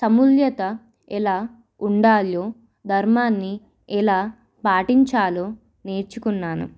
సమూల్యత ఎలా ఉండాలో ధర్మాన్ని ఎలా పాటించాలో నేర్చుకున్నాను